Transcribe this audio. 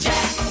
Jack